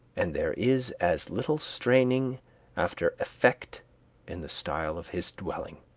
and there is as little straining after effect in the style of his dwelling.